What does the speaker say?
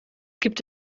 gibt